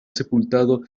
sepultado